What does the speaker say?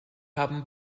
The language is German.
haben